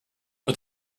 but